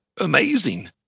amazing